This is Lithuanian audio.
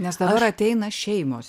nes dabar ateina šeimos